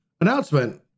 announcement